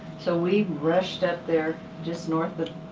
so we rushed up there just north but